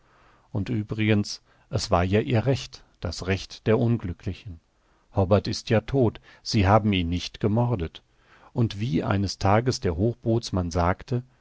und übrigens es war ja ihr recht das recht der unglücklichen hobbart ist ja todt sie haben ihn nicht gemordet und wie eines tages der hochbootsmann sagte